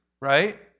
Right